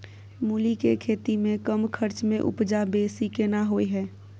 मूली के खेती में कम खर्च में उपजा बेसी केना होय है?